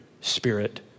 spirit